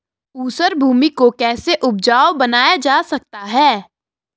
ऊसर भूमि को कैसे उपजाऊ बनाया जा सकता है?